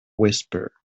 whisper